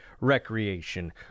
recreation